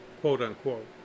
quote-unquote